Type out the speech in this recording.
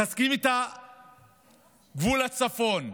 מחזקים את גבול הצפון,